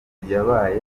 yabaye